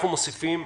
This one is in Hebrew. אנחנו מוסיפים,